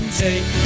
take